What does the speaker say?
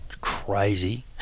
crazy